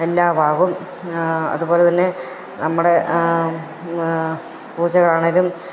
എല്ലാ ഭാഗവും അതുപോലെ തന്നെ നമ്മുടെ പൂജക്ക് ആണെങ്കിലും